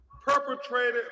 Perpetrated